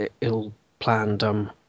ill-planned